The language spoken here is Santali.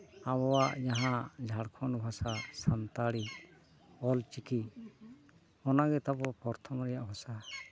ᱟᱵᱚᱣᱟᱜ ᱡᱟᱦᱟᱸ ᱡᱷᱟᱲᱠᱷᱚᱸᱰ ᱵᱷᱟᱥᱟ ᱥᱟᱱᱛᱟᱲᱤ ᱚᱞᱪᱤᱠᱤ ᱚᱱᱟᱜᱮ ᱛᱟᱵᱚ ᱯᱨᱚᱛᱷᱚᱢ ᱨᱮᱭᱟᱜ ᱵᱷᱟᱥᱟ